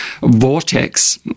vortex